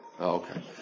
Okay